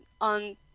on